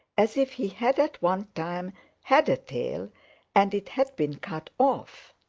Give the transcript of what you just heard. as if he had at one time had a tail and it had been cut off.